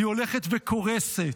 היא הולכת וקורסת.